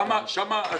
שם הזמבורה.